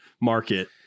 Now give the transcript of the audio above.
market